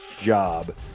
job